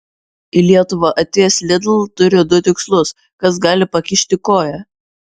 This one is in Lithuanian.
į lietuvą atėjęs lidl turi du tikslus kas gali pakišti koją